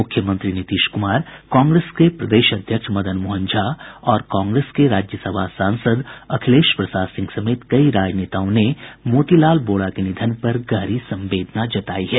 मूख्यमंत्री नीतीश क्मार कांग्रेस के प्रदेश अध्यक्ष मदन मोहन झा और कांग्रेस के राज्यसभा सांसद अखिलेश प्रसाद सिंह समेत कई राजनेताओं ने मोती लाल वोरा के निधन पर गहरी संवेदना जतायी है